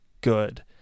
good